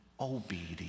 obedience